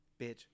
bitch